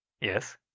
Yes